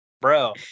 bro